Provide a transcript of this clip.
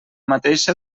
mateixa